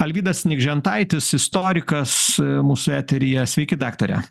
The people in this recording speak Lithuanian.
alvydas nikžentaitis istorikas mūsų eteryje sveiki daktare